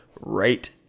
right